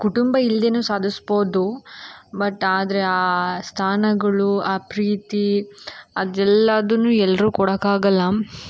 ಕುಟುಂಬ ಇಲ್ದೆಯೂ ಸಾಧಿಸ್ಬೋದು ಬಟ್ ಆದರೆ ಆ ಸ್ಥಾನಗಳು ಆ ಪ್ರೀತಿ ಅದೆಲ್ಲದೂ ಎಲ್ಲರೂ ಕೊಡೋಕ್ಕಾಗಲ್ಲ